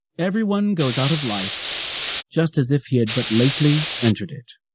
everyone goes out of life just as if he had but lately entered it.